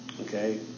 Okay